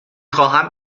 خواهم